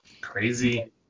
Crazy